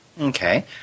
Okay